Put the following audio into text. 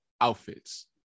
outfits